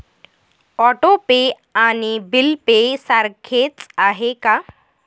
Auto pay आणि bill pay सारखेच आहे का?